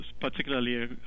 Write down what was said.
particularly